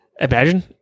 imagine